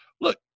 Look